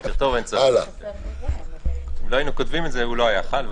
אם לא היינו כותבים את זה הוא לא היה חל.